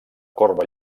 corba